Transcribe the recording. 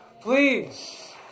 Please